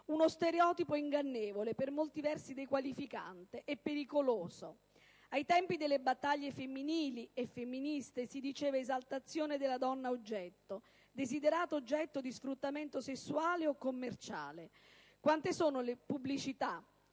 uno stereotipo ingannevole, per molti versi dequalificante. E pericoloso. Ai tempi delle battaglie femminili e femministe si parlava di «esaltazione della donna oggetto», desiderato oggetto di sfruttamento sessuale o commerciale. Quante sono le pubblicità